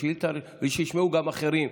ושישמעו גם אחרים,